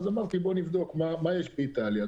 אמרתי שנבדוק מה יש באיטליה.